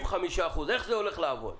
75%. איך זה הולך לעבוד?